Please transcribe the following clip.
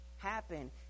happen